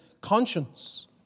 conscience